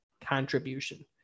contribution